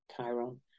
Chiron